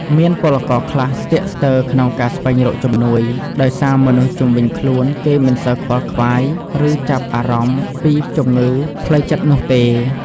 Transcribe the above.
មានពលករខ្លះស្ទាក់ស្ទើរក្នុងការស្វែងរកជំនួយ ដោយសារមនុស្សជុំវិញខ្លួនគេមិនសូវខ្វល់ខ្វាយ ឬចាប់អារម្មណ៍ពីជំងឺផ្លូវចិត្តនោះទេ។